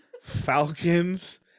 Falcons